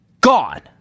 gone